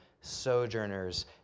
sojourners